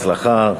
בהצלחה.